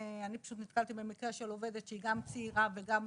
אני נתקלתי בעובדת שהיא גם צעירה וגם